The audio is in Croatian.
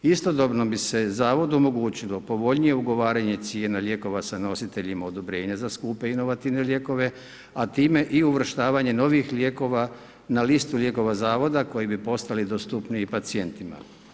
Istodobno bi se zavodu omogućilo povoljnije ugovaranje cijene lijekova sa nositeljima odobrenja za skupe inovativne lijekove, a time i uvrštavanje novih lijekova, na listu lijekova zavoda, koji bi postali dostupniji pacijentima.